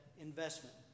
investment